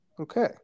Okay